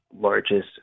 largest